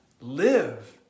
Live